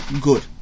good